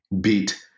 beat